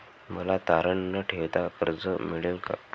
मला तारण न ठेवता कर्ज मिळेल का?